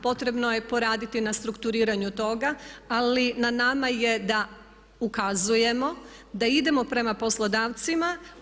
Potrebno je poraditi na strukturiranju toga ali na nama je da ukazujemo da idemo prema poslodavcima.